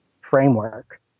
framework